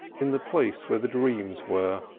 in the place where the dreams were,